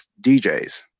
DJs